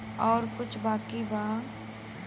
और कुछ बाकी बा?